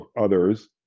others